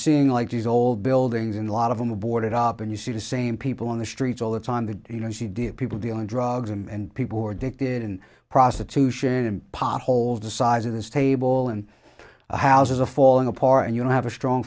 seeing like these old buildings in a lot of them are boarded up and you see the same people in the streets all the time that you know she did people dealing drugs and people who are addicted in prostitution and pot holes the size of this table in a house is a fall apart and you don't have a strong